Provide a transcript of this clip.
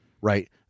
right